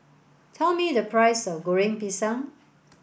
tell me the price of Goreng Pisang